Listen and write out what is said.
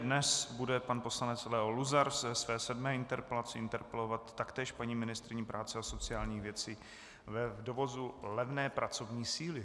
Dnes bude pan poslanec Leo Luzar ze své sedmé interpelace interpelovat taktéž paní ministryni práce a sociálních věcí v dovozu levné pracovní síly.